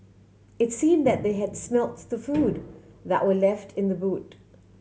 it seemed that they had smelt the food that were left in the boot